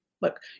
Look